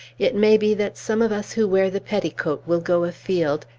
it may be that some of us who wear the petticoat will go afield,